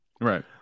Right